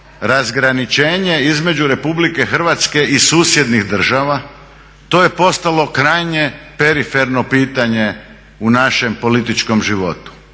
razgraničenje između Republike Hrvatske i susjednih država. To je postalo krajnje periferno pitanje u našem političkom životu.